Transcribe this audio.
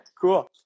Cool